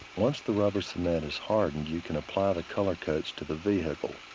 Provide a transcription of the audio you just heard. once the rubber cement is hardened, you can apply the color coats to the vehicle.